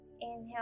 Inhale